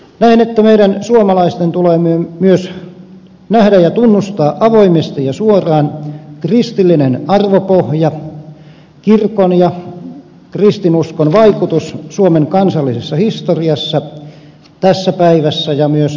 näen että meidän suomalaisten tulee myös nähdä ja tunnustaa avoimesti ja suoraan kristillinen arvopohja kirkon ja kristinuskon vaikutus suomen kansallisessa historiassa tässä päivässä ja myös tulevaisuudessa